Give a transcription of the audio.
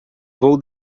vou